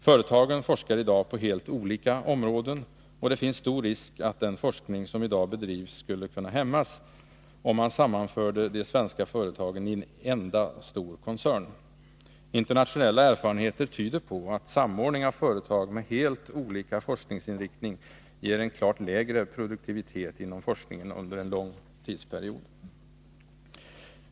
Företagen forskar i dag på helt olika områden, och det finns stor risk för att den forskning som bedrivs skulle hämmas om man sammanförde de svenska företagen i en enda stor koncern. Internationella erfarenheter tyder på att samordning av företag med helt olika forskningsinriktning ger en klart lägre produktivitet inom forskningen under en lång period.